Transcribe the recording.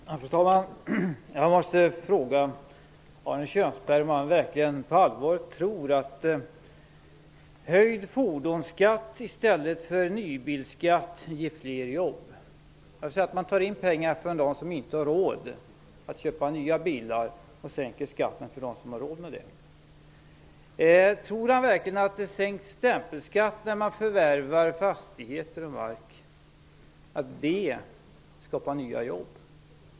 Fru talman! Jag måste fråga Arne Kjörnsberg om han verkligen på allvar tror att en höjning av fordonsskatten i stället för nybilsskatt ger fler jobb. Man skall alltså ta in pengar från dem som inte har råd att köpa nya bilar och sänker skatten för dem som har råd att göra det. Tror han verkligen att en sänkning av stämpelskatten vid förvärv av fastigheter och mark skapar nya jobb?